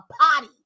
potty